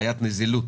בעיית נזילות